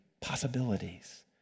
possibilities